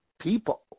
people